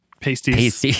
pasties